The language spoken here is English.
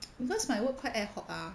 because my work quite ad hoc ah